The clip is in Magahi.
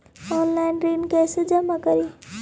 ऑनलाइन ऋण कैसे जमा करी?